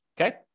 Okay